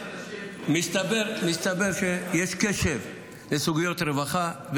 מסתבר שיש קשב לסוגיות רווחה,